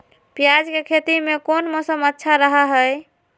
प्याज के खेती में कौन मौसम अच्छा रहा हय?